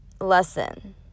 lesson